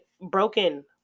broken